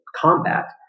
combat